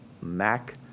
MAC